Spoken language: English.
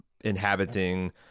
inhabiting